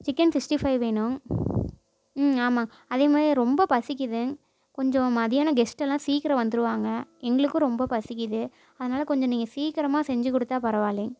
chicken sixty five வேணும் ம் ஆமாம் அதே மாதிரி ரொம்ப பசிக்குது கொஞ்சம் மதியானம் கெஸ்ட்டெல்லாம் சீக்கிரம் வந்துடுவாங்க எங்களுக்கும் ரொம்ப பசிக்கிறது அதனால கொஞ்சம் நீங்கள் சீக்கிரமாக செஞ்சு கொடுத்தா பரவாயில்லை